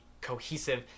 cohesive